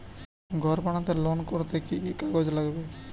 ঘর বানাতে লোন করতে কি কি কাগজ লাগবে?